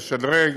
לשדרג,